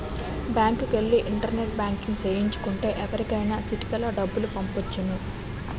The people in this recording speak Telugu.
బ్యాంకుకెల్లి ఇంటర్నెట్ బ్యాంకింగ్ సేయించు కుంటే ఎవరికైనా సిటికలో డబ్బులు పంపొచ్చును